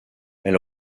elle